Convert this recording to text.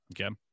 Okay